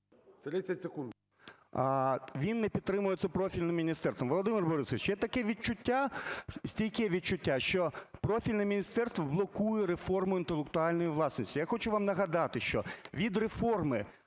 …він не підтримується профільним міністерством. Володимир Борисович, є таке відчуття, стійке відчуття, що профільне міністерство блокує реформу інтелектуальної власності. Я хочу вам нагадати, що від реформи